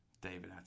David